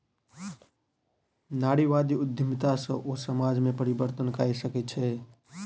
नारीवादी उद्यमिता सॅ ओ समाज में परिवर्तन कय सकै छै